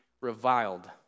reviled